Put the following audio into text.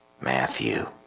Matthew